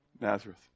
Nazareth